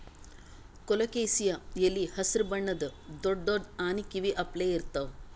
colocasia ಎಲಿ ಹಸ್ರ್ ಬಣ್ಣದ್ ದೊಡ್ಡ್ ದೊಡ್ಡ್ ಆನಿ ಕಿವಿ ಅಪ್ಲೆ ಇರ್ತವ್